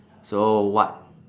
so what